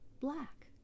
black